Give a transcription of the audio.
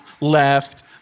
left